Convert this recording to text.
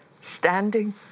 standing